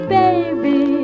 baby